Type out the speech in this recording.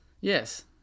Yes